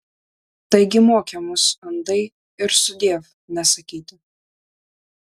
taigi mokė mus andai ir sudiev nesakyti